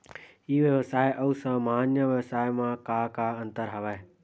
ई व्यवसाय आऊ सामान्य व्यवसाय म का का अंतर हवय?